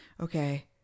Okay